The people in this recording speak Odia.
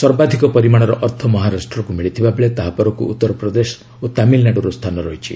ସର୍ବାଧିକ ପରିମାଣର ଅର୍ଥ ମହାରାଷ୍ଟ୍ରକୁ ମିଳିଥିବାବେଳେ ତାହାପରକୁ ଉତ୍ତରପ୍ରଦେଶ ଓ ତାମିଲନାଡୁର ସ୍ଥାନ ରହିଛି